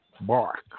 bark